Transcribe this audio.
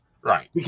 Right